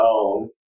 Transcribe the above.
own